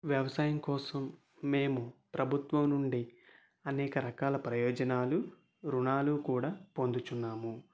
వ్యవసాయం కోసం మేము ప్రభుత్వం నుండి అనేక రకాల ప్రయోజనాలు రుణాలు కూడా పొందుచున్నాము